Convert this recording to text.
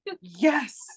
yes